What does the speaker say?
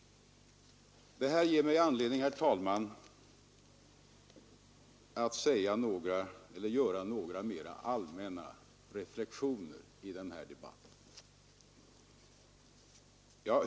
Det ger mig anledning, herr talman, att göra några mera allmänna reflexioner i den här debatten.